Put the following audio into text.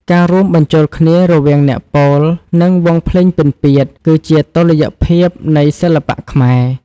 ការរួមបញ្ចូលគ្នារវាងអ្នកពោល និងវង់ភ្លេងពិណពាទ្យ គឺជាតុល្យភាពនៃសិល្បៈខ្មែរ។